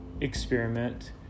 experiment